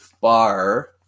bar